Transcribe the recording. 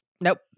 Nope